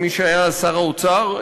את מי שהיה שר האוצר,